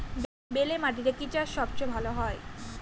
বেলে মাটিতে কি চাষ সবচেয়ে ভালো হয়?